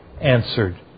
answered